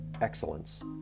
excellence